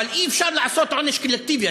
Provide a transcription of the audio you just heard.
אבל אי-אפשר לעשות עונש קולקטיבי.